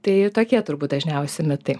tai tokie turbūt dažniausi mitai